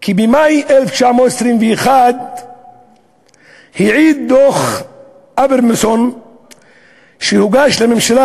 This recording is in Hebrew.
כי במאי 1921 העיד דוח אברמסון שהוגש לממשלה